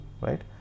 right